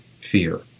fear